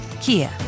Kia